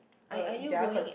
are are you going